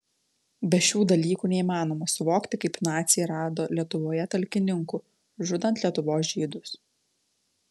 be šių dalykų neįmanoma suvokti kaip naciai rado lietuvoje talkininkų žudant lietuvos žydus